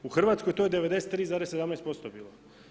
U Hrvatskoj to je 93,17% bilo.